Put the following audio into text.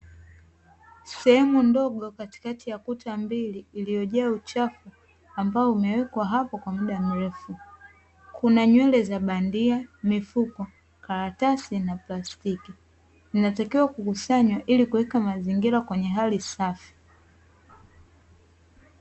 Sehemu ndogo katikati ya kuta mbili, iliyojaa uchafu ambao umewekwa hapo kwa mda mrefu. Kuna nywele za bandia, mifuko, karatasi na plastiki; inatakiwa kukusanywa ili kuweka mazingira kwenye hali safi.